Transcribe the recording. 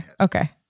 Okay